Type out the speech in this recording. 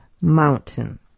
mountain